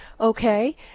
okay